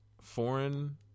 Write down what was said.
foreign